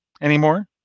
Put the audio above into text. anymore